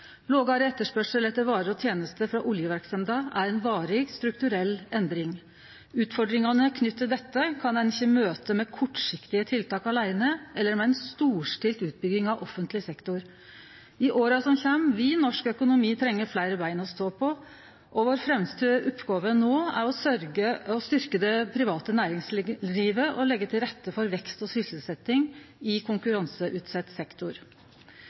Lågare etterspørsel etter varer og tenester frå oljeverksemda er ei varig strukturell endring. Utfordringane knytte til dette kan ein ikkje møte med kortsiktige tiltak aleine eller med ei storstilt utbygging av offentleg sektor. I åra som kjem, vil norsk økonomi trenge fleire bein å stå på, og vår fremste oppgåve no er å styrkje det private næringslivet og leggje til rette for vekst og sysselsetjing i konkurranseutsett sektor.